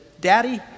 Daddy